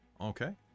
Okay